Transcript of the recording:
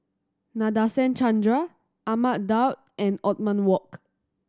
Nadasen Chandra Ahmad Daud and Othman Wok